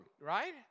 right